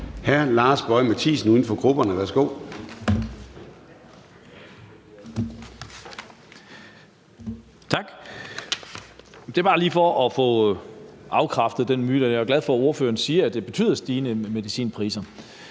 hr. Lars Boje Mathiesen, uden for grupperne. Kl.